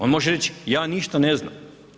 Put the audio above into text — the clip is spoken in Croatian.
On može reć' ja ništa ne znam.